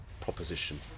proposition